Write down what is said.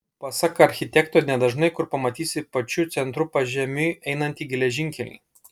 pasak architekto nedažnai kur pamatysi pačiu centru pažemiui einantį geležinkelį